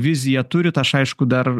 viziją turit aš aišku dar